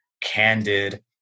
candid